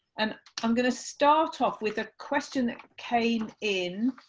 and i'm going to start off with a question that came in,